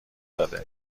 داده